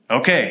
Okay